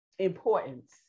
importance